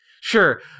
sure